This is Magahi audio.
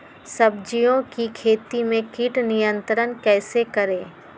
सब्जियों की खेती में कीट नियंत्रण कैसे करें?